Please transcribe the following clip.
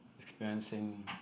experiencing